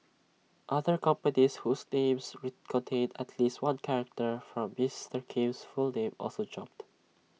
other companies whose names contained at least one character from Mister Kim's full name also jumped